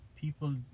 People